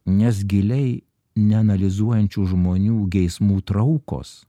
nes giliai neanalizuojant šių žmonių geismų traukos